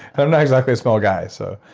i'm not exactly a small guy, so.